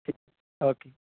okay